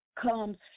comes